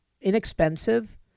inexpensive